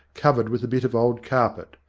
covered with a bit of old carpet.